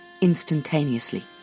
instantaneously